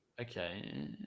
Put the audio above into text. Okay